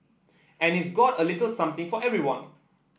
and it's got a little something for everyone